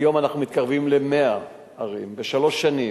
היום אנחנו מתקרבים ל-100 ערים בשלוש שנים.